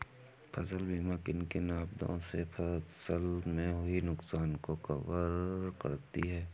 फसल बीमा किन किन आपदा से फसल में हुए नुकसान को कवर करती है